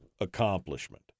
accomplishment